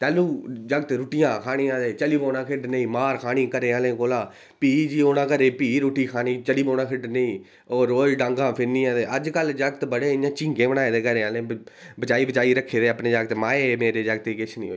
तैलूं जगतें रुट्टी खानी ते चली पौना खेढ़नै ई ते मार खानी घरें आह्लें कोला भी उट्ठी औना घरै ई भी रुट्टी खानी भी चली पौना खेढ़ने ई होर रोज़ डांगां फिरनियां ते अज्जकल जागत् बड़े इंया चिङे बनाए दे घरै आह्लें बचाई बचाई रक्खे दे अपने जागत् माए मेरे जागतै निं किश होई जा